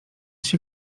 się